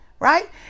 right